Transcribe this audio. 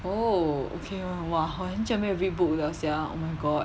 oh okay lor !wah! 我很久没有 read book 了 sia oh my god